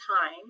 time